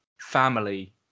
family